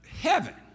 heaven